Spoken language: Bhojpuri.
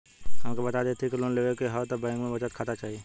हमके बता देती की लोन लेवे के हव त बैंक में बचत खाता चाही?